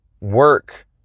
work